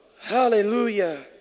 Hallelujah